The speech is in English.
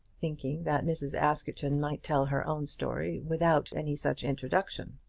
thinking that mrs. askerton might tell her own story without any such introduction.